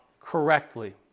correctly